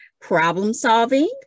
problem-solving